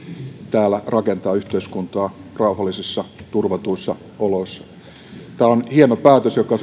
täällä rakentaa yhteiskuntaa rauhallisissa turvatuissa oloissa tämä on hieno päätös joka